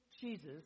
Jesus